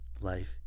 life